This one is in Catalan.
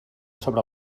sobre